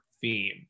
theme